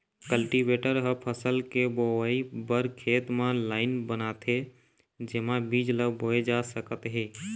cultivator ह फसल के बोवई बर खेत म लाईन बनाथे जेमा बीज ल बोए जा सकत हे